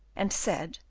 and said,